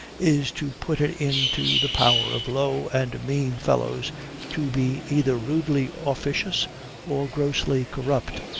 is to put it into the power of low and mean fellows to be either rudely officious or grossly corrupt,